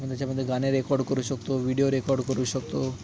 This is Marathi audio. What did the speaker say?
आपण त्याच्यामध्ये गाणे रेकॉर्ड करू शकतो व्हिडीओ रेकॉर्ड करू शकतो